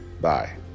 Bye